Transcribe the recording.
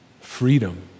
Freedom